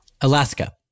Alaska